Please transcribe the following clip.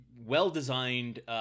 well-designed